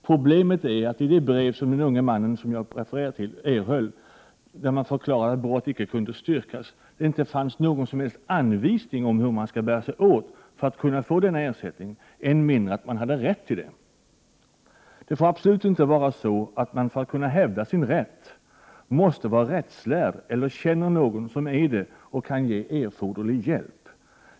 Problemet är att det i det brev som den unge man som jag refererar till erhöll och där det förklarades att brott inte kunde styrkas inte fanns någon som helst anvisning om hur man skall bära sig åt för att få ersättning, än mindre att man hade rätt därtill. Det får absolut inte vara så att man, för att kunna hävda sin rätt, måste vara rättslärd eller känna någon som är det och kan ge erforderlig hjälp.